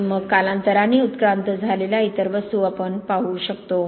आणि मग कालांतराने उत्क्रांत झालेल्या इतर वस्तू आपण पाहू शकतो